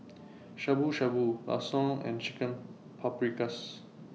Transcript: Shabu Shabu Lasagne and Chicken Paprikas